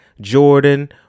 Jordan